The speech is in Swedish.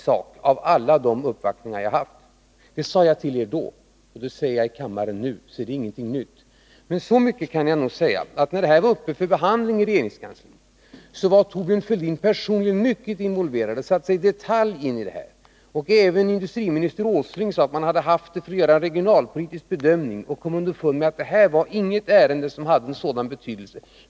Det sade jag till er då, och när jag säger det till er i kammaren nu är det ingenting nytt. När frågan var uppe för behandling i regeringskansliet, var Thorbjörn Fälldin mycket involverad och satte sig i detalj in i ärendet. Och industriminister Åsling sade att man hade haft det uppe för regionalpolitisk bedömning och kommit underfund med att det här var inget ärende som hade sådan betydelse.